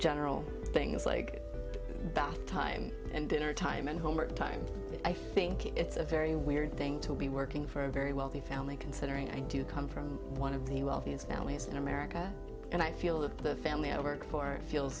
general things like bath time and dinner time and homework time i think it's a very weird thing to be working for a very wealthy family considering i do come from one of the wealthiest families in america and i feel that the family i work for feel